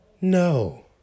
No